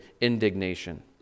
indignation